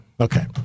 Okay